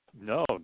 No